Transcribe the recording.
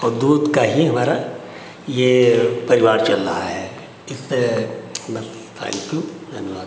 और दूध का ही हमारा ये परिवार चल रहा है इससे बस थैंक्यू धन्यवाद